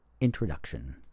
Introduction